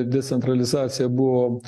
decentralizacija buvo